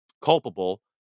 culpable